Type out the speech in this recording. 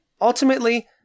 ultimately